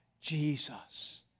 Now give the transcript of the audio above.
Jesus